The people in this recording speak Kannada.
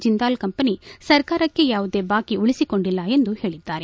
ಜಿಂದಾಲ್ ಕಂಪನಿ ಸರ್ಕಾರಕ್ಕೆ ಯಾವುದೇ ಬಾಕಿ ಉಳಿಸಿಕೊಂಡಿಲ್ಲ ಎಂದು ಹೇಳಿದ್ದಾರೆ